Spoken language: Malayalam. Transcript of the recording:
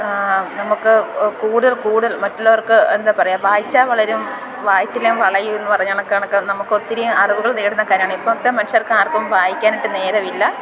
നമുക്ക് കൂടുതൽ കൂടുതൽ മറ്റുള്ളവർക്ക് എന്താ പറയാ വായിച്ചാൽ വളരും വായിച്ചില്ലേൽ വളയും എന്ന് പറഞ്ഞത് കണക്ക കണക്ക നമുക്കൊത്തിരി അറിവുകൾ നേടുന്ന കാര്യമാണ് ഇപ്പോഴത്തെ മനുഷ്യർക്ക് ആര്ക്കും വായിക്കാനായിട്ട് നേരമില്ല